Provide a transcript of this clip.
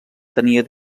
tenia